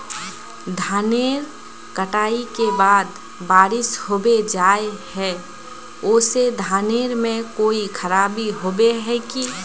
धानेर कटाई के बाद बारिश होबे जाए है ओ से धानेर में कोई खराबी होबे है की?